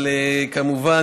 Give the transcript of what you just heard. אבל כמובן,